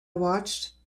watched